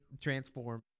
transform